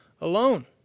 alone